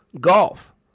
golf